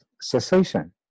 cessation